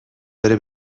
بره